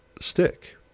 stick